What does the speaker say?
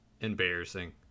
embarrassing